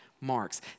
marks